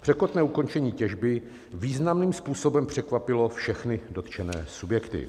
Překotné ukončení těžby významným způsobem překvapilo všechny dotčené subjekty.